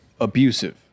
abusive